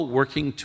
working